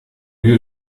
lieu